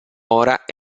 ora